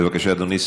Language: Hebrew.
בבקשה, אדוני.